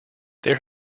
there